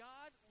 God